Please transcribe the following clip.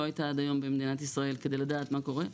לא הייתה עד היום במדינת ישראל כדי לדעת מה קורה.